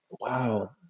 wow